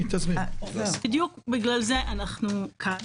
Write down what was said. בדיוק בגלל זה אנחנו כאן.